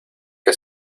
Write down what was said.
que